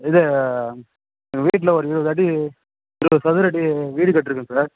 இது எங்கள் வீட்டில் ஒரு இருபதடி இருபது சதுரடி வீடு கட்டியிருக்கேன் சார்